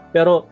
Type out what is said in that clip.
Pero